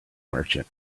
merchant